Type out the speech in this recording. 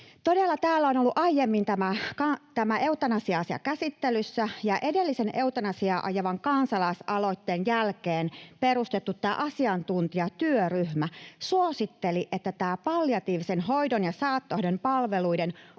Todella täällä on ollut aiemmin tämä eutanasia-asia käsittelyssä, ja edellisen eutanasiaa ajavan kansalaisaloitteen jälkeen perustettu asiantuntijatyöryhmä suositteli, että palliatiivisen hoidon ja saattohoidon palveluiden